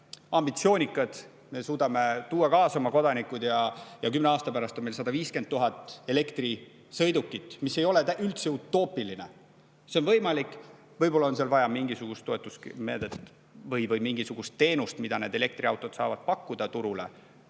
ambitsioonikad, me suudame tuua kaasa oma kodanikud ja kümne aasta pärast on meil 150 000 elektrisõidukit – see ei ole üldse utoopiline, see on võimalik, võib-olla on seal vaja mingisugust toetusmeedet või mingisugust teenust, mida need elektriautod saavad pakkuda turule